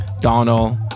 Donald